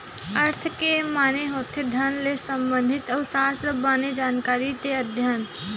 अर्थ के माने होथे धन ले संबंधित अउ सास्त्र माने जानकारी ते अध्ययन